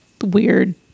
weird